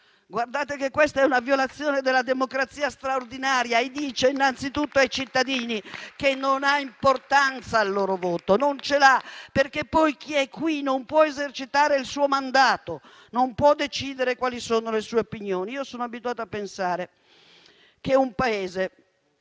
Guardate che questa è una violazione straordinaria della democrazia e dice innanzitutto ai cittadini che non ha importanza il loro voto, perché poi chi è qui non può esercitare il suo mandato, non può decidere quali sono le sue opinioni. Sono abituata a pensare che un Paese